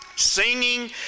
Singing